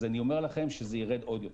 אז אני אומר לכם שזה ירד עוד יותר.